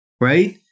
right